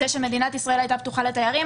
זה שמדינת ישראל הייתה פתוחה לתיירים.